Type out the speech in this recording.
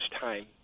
time